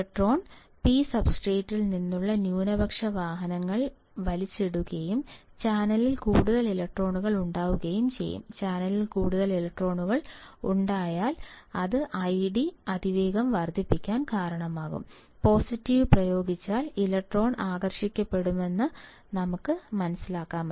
electron P സബ്സ്ട്രേറ്റിൽ നിന്നുള്ള ന്യൂനപക്ഷ വാഹനങ്ങൾ വലിച്ചിടുകയും ചാനലിൽ കൂടുതൽ ഇലക്ട്രോണുകൾ ഉണ്ടാവുകയും ചെയ്യും ചാനലിൽ കൂടുതൽ ഇലക്ട്രോണുകൾ ഉണ്ടാകും അത് ഐഡി അതിവേഗം വർദ്ധിക്കാൻ കാരണമാകും പോസിറ്റീവ് പ്രയോഗിച്ചാൽ ഇലക്ട്രോൺ ആകർഷിക്കപ്പെടുമെന്ന് നിങ്ങൾ മനസ്സിലാക്കണം